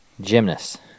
Gymnast